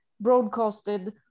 broadcasted